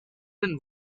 been